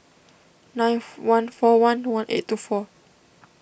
nine one four one one eight two four